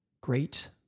great